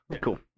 cool